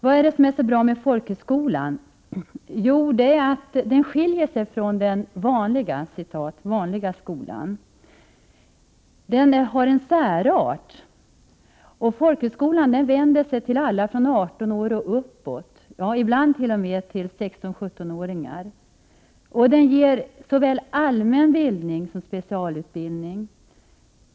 Vad är det som är så bra med folkhögskolan? Jo, den skiljer sig från den ”vanliga” skolan. Den har en särart. Folkhögskolan vänder sig till alla från 18 år och uppåt, ibland t.o.m. till 16-17-åringar. Den ger såväl allmänbildning som specialutbildning.